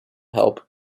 help